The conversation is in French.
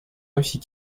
russie